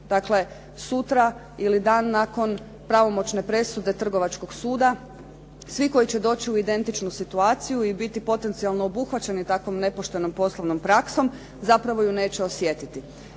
Dakle, sutra ili dan nakon pravomoćne presude Trgovačkog suda svi koji će doći u identičnu situaciju i biti potencijalno obuhvaćeni takvom nepoštenom poslovnom praksom zapravo ju neće osjetiti.